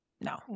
No